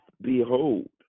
Behold